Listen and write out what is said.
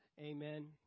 Amen